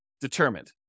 determined